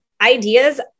ideas